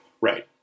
Right